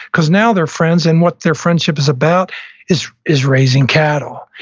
because now they're friends and what their friendship is about is is raising cattle.